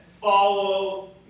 follow